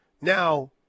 Now